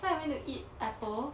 so I went to eat apple